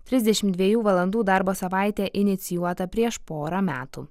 trisdešimt dviejų valandų darbo savaitė inicijuota prieš porą metų